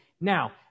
now